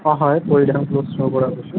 অঁ হয় পৰিধান ক্লথ ষ্টৰৰ পৰা কৈছোঁ